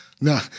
No